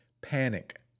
panic